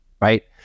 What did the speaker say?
right